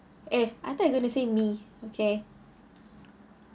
eh I thought you going to say me okay